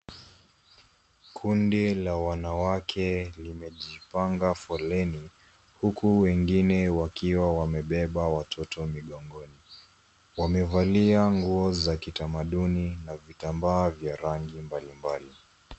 Kundi la wanawake limejipanga foleni, huku wengine wakiwa wamebeba watoto migongoni. Wamevalia nguo za kitamaduni na vitambaa vya rangi mbalimbali.